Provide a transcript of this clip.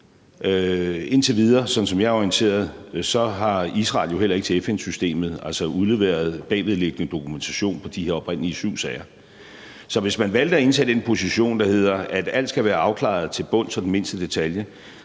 Israel, sådan som jeg er orienteret, jo heller ikke til FN-systemet udleveret bagvedliggende dokumentation på de her oprindelige syv sager. Så hvis man valgte at indtage den position, der handler om, at alt skal være afklaret til bunds og ned i den mindste detalje,